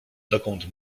dokąd